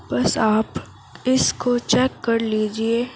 بس آپ اس کو چیک کر لیجیے